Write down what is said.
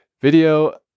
video